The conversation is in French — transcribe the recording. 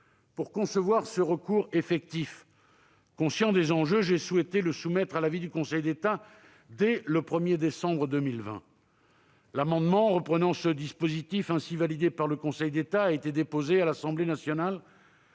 pour concevoir ce recours effectif. Conscient des enjeux, j'ai souhaité le soumettre à l'avis du Conseil d'État dès le 1 décembre 2020. L'amendement reprenant ce dispositif ainsi validé par le Conseil d'État a été déposé à l'Assemblée nationale